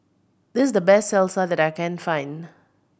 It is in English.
this is the best Salsa that I can find